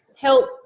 help